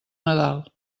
nadal